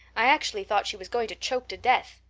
i actually thought she was going to choke to death.